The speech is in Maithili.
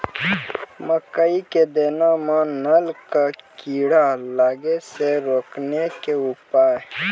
मकई के दाना मां नल का कीड़ा लागे से रोकने के उपाय?